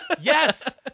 Yes